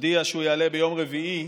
מודיע שהוא יעלה ביום רביעי